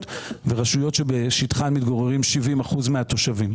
ורשויות שבשטחן מתגוררים 70 אחוזים מהתושבים.